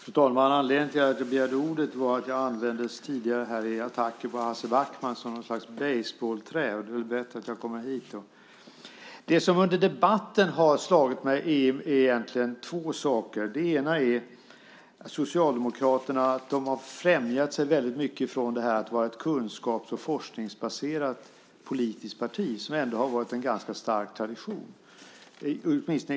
Fru talman! Anledningen till att jag har begärt ordet är att jag tidigare användes som något slags basebollträ i attacker på Hans Backman. Det är två saker som har slagit mig under debatten. Socialdemokraterna har i denna fråga fjärmat sig från att vara ett kunskaps och forskningsbaserat politiskt parti. Det har ändå varit en ganska stark tradition.